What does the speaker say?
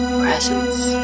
presence